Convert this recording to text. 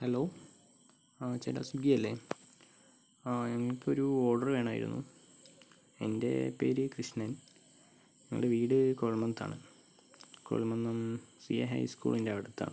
hello ചേട്ടാ സ്വിഗ്ഗി അല്ലേ എനിക്കൊരു ഓര്ഡര് വേണമായിരുന്നു എന്റെ പേര് കൃഷ്ണന് എന്റെ വീട് കുഴമന്നത്താണ് കുഴമന്നം സി എ ഹൈ സ്സ്കൂളിന്റെ അടുത്താണ്